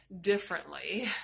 differently